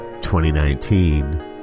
2019